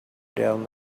down